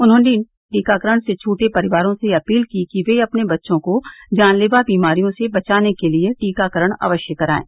उन्होंने टीकाकरण से छूटे परिवारों से अपील की कि वे अपने बच्चों को जानलेवा बीमारियों से बचाने के लिए टीकाकरण अवश्य कराएं